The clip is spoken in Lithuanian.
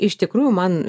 iš tikrųjų man